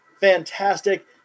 Fantastic